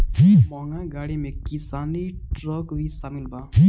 महँग गाड़ी में किसानी ट्रक भी शामिल बा